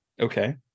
okay